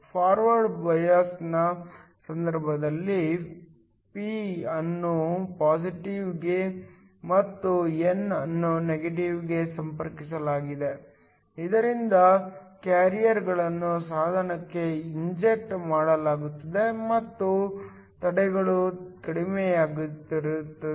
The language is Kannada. ಫಾರ್ವರ್ಡ್ ಬಯಾಸ್ನ ಸಂದರ್ಭದಲ್ಲಿ p ಅನ್ನು ಪಾಸಿಟಿವ್ಗೆ ಮತ್ತು n ಅನ್ನು ನೆಗೆಟಿವ್ಗೆ ಸಂಪರ್ಕಿಸಲಾಗಿದೆ ಇದರಿಂದ ಕ್ಯಾರಿಯರ್ಗಳನ್ನು ಸಾಧನಕ್ಕೆ ಇಂಜೆಕ್ಟ್ ಮಾಡಲಾಗುತ್ತದೆ ಮತ್ತು ತಡೆಗಳು ಕಡಿಮೆಯಾಗಿರುತ್ತವೆ